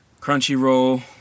Crunchyroll